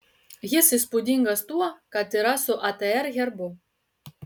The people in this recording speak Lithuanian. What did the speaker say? jis įspūdingas tuo kad yra su atr herbu